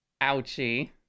Ouchie